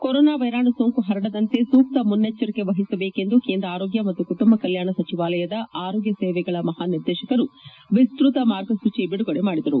corona ವೈರಾಣು ಸೋಂಕು ಪರಡದಂತೆ ಸೂಕ್ತ ಮುನ್ನೆಚ್ಚರಿಕೆ ವಹಿಸಬೇಕೆಂದು ಕೇಂದ್ರ ಆರೋಗ್ಗ ಮತ್ತು ಕುಟುಂಬ ಕಲ್ಯಾಣ ಸಚಿವಾಲಯದ ಆರೋಗ್ಯ ಸೇವೆಗಳ ಮಹಾ ನಿರ್ದೇಶಕರು ವಿನ್ನತ ಮಾರ್ಗಸೂಚಿ ಬಿಡುಗಡೆ ಮಾಡಿದರು